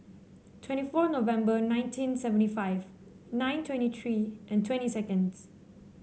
twenty four November nineteen seventy five nine twenty three twenty seconds